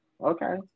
okay